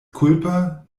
kulpa